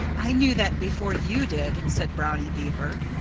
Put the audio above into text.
i knew that before you did, said brownie beaver.